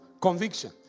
conviction